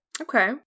Okay